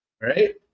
right